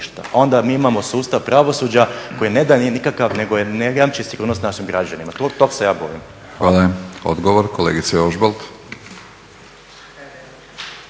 onda mi imamo sustav pravosuđa koji ne da nije nikakav nego ne jamči sigurnost našim građanima, tog se ja bojim. **Batinić, Milorad